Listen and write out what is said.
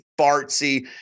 fartsy